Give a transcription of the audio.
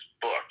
book